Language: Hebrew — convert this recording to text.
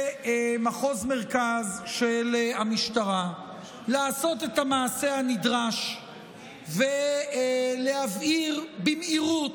למחוז מרכז של המשטרה לעשות את המעשה הנדרש ולהבהיר במהירות,